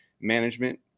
management